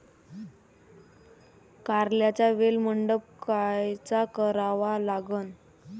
कारल्याचा वेल मंडप कायचा करावा लागन?